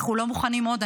אנחנו לא מוכנים עוד,